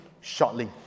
shortly